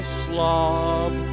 slob